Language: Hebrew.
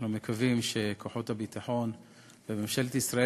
אנחנו מקווים שכוחות הביטחון וממשלת ישראל